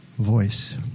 voice